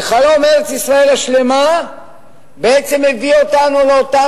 כי חלום ארץ-ישראל השלמה מביא אותנו לאותה